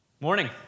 Morning